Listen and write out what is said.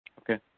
Okay